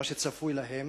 מה שצפוי להם,